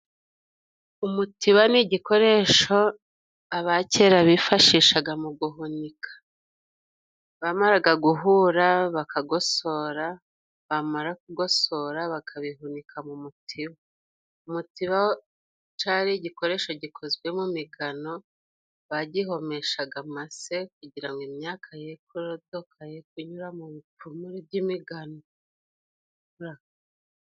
Umutiba ni igikoresho abakera bifashishaga mu guhunika. Bamaraga guhura bakagosora, bamara kugosora bakabihunika mu mutiba. Umutiba cari igikoresho gikozwe mu migano, bagihomeshaga amase, kugira ngo imyaka ye kunyura mu bipfumure by'imigano.